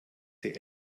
die